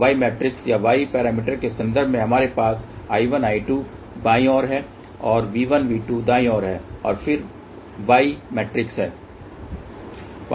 Y matrix या Y parameter के संदर्भ में हमारे पास I1 I2 बाईं ओर है और V1 V2 दाईं ओर हैं और फिर Y मैट्रिक्स है